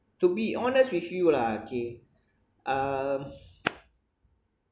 to be honest with you lah kay um